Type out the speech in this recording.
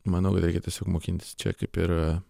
manau reikia tiesiog mokintis čia kaip ir